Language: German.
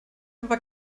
aber